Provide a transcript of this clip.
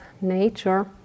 nature